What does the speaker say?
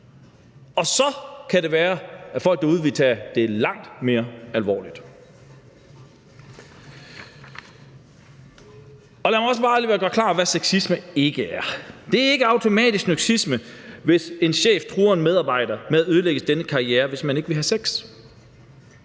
Så kan det være, at folk derude vil tage det langt mere alvorligt. Lad mig også bare lige gøre klart, hvad sexisme ikke er. Det er ikke automatisk sexisme, hvis en chef truer en medarbejder med at ødelægge dennes karriere, hvis man ikke vil have sex.